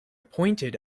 pointed